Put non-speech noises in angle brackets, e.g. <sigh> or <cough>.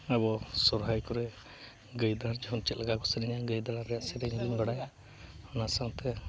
ᱟᱵᱚ ᱥᱚᱦᱨᱟᱭ ᱠᱚᱨᱮᱜ ᱜᱟᱹᱭ <unintelligible> ᱥᱚᱢᱚᱭ ᱪᱮᱫ ᱞᱮᱠᱟ ᱠᱚ ᱥᱮᱨᱮᱧᱟ ᱜᱟᱹᱭ ᱫᱟᱬᱟ ᱨᱮᱭᱟᱜ ᱥᱮᱨᱮᱧ ᱦᱚᱧ ᱵᱟᱲᱟᱭᱟ ᱚᱱᱟ ᱥᱟᱶᱛᱮ